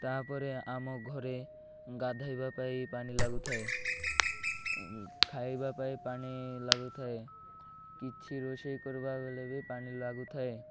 ତାପରେ ଆମ ଘରେ ଗାଧେଇବା ପାଇଁ ପାଣି ଲାଗୁଥାଏ ଖାଇବା ପାଇଁ ପାଣି ଲାଗୁଥାଏ କିଛି ରୋଷେଇ କରିବା ବେଲେ ବି ପାଣି ଲାଗୁଥାଏ